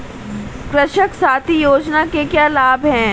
कृषक साथी योजना के क्या लाभ हैं?